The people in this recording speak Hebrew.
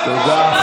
תודה,